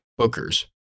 Bookers